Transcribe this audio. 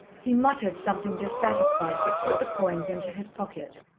he muttered something dissatisfied, but put the coins into his pocket.